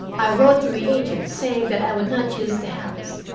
i wrote to the agent, saying that i would not use the house,